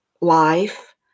life